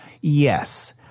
Yes